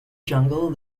jungle